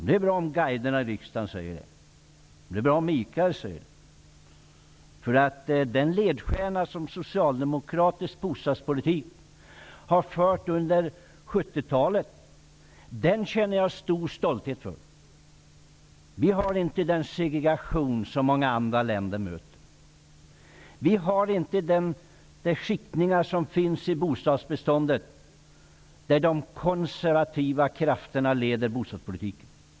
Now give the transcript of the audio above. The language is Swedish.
Det är bra om guiderna i riksdagen och Mikael Odenberg påpekar att jag bär på det. Den ledstjärna som socialdemokratisk bostadspolitik har haft under 70-talet känner jag stor stolthet över. Vi har inte den segregation som finns i många andra länder. Vi har inte heller de skiktningar som finns i bostadsbeståndet där de konservativa krafterna leder bostadspolitiken.